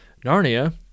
Narnia